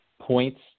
points